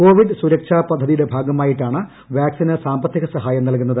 Covid സുരക്ഷ പദ്ധതിയുടെ ഭാഗമായിട്ടാണ് വാക്സിന് സാമ്പത്തിക സഹായം നൽകുന്നത്